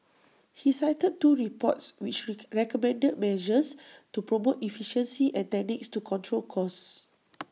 he cited two reports which reek recommended measures to promote efficiency and techniques to control costs